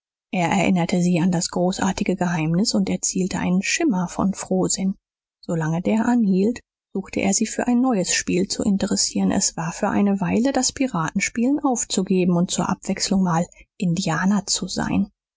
er erinnerte sie an das großartige geheimnis und erzielte einen schimmer von frohsinn so lange der anhielt suchte er sie für ein neues spiel zu interessieren es war für eine weile das piratenspielen aufzugeben und zur abwechselung mal indianer zu sein